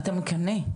אתה מקנא.